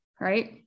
right